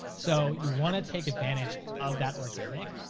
so you wanna take advantage of that organic,